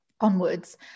onwards